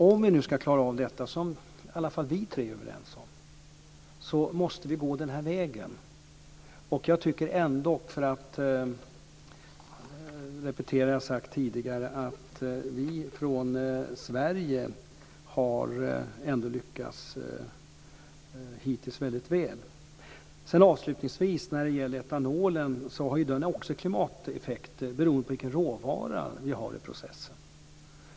Om vi nu ska klara av detta, något som i alla fall vi tre är överens om, måste vi gå den här vägen. För att repetera vad jag har sagt tidigare tycker jag ändock att vi i Sverige hittills har lyckats väldigt väl. Avslutningsvis till etanolen. Den har ju också klimateffekter beroende på vilken råvara vi har i processen.